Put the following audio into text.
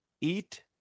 Eat